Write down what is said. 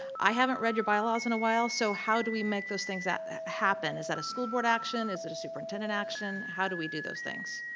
i haven't read your bylaws in awhile so how do we make those things happen? is that a school board action, is it a superintendent action? how do we do those things?